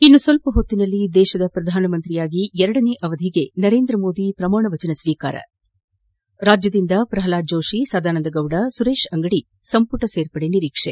ಇನ್ನು ಸ್ವಲ್ಪ ಹೊತ್ತಿನಲ್ಲಿ ದೇಶದ ಪ್ರಧಾನಮಂತ್ರಿಯಾಗಿ ಎರಡನೇ ಅವಧಿಗೆ ನರೇಂದ್ರ ಮೋದಿ ಪ್ರಮಾಣವಚನ ಸ್ವೀಕಾರ ರಾಜ್ಯದಿಂದ ಪ್ರಹ್ಲಾದ ಜೋಷಿ ಸದಾನಂದ ಗೌಡ ಸುರೇಶ್ ಅಂಗಡಿ ಸಂಪುಟ ಸೇರ್ಪಡೆ ನಿರೀಕ್ಷೆ